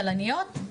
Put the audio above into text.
כלניות.